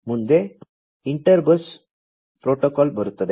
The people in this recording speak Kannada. ಮುಂದೆ ಇಂಟರ್ ಬಸ್ ಪ್ರೋಟೋಕಾಲ್ ಬರುತ್ತದೆ